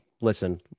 Listen